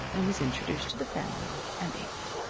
and was introduced to the family, and ate.